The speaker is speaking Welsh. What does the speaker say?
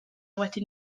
wedi